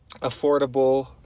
affordable